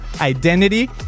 identity